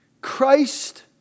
Christ